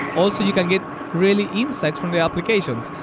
also you can get really insights from the applications.